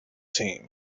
team